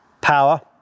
power